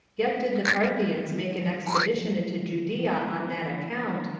yet did the parthians make an expedition into judea on that account,